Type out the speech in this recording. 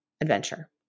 adventure